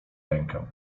rękę